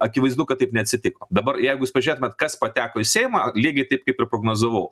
akivaizdu kad taip neatsitiko dabar jeigu pažiūrėtumėt kas pateko į seimą lygiai taip kaip ir prognozavau